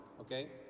Okay